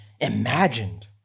imagined